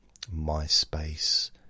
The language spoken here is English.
MySpace